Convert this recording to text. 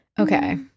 Okay